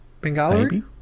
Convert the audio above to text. Bengaluru